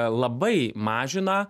labai mažina